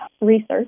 research